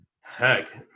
Heck